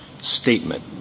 statement